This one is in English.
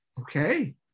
Okay